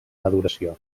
maduració